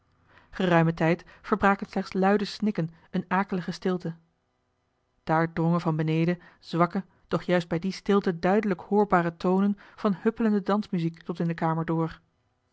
geruimen tijd verbraken slechts luide snikken eene akelige stilte daar drongen van beneden zwakke doch juist bij die stilte duidelijk hoorbare tonen van huppelende dansmuziek tot in de kamer door